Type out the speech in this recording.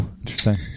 interesting